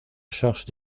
charge